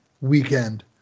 weekend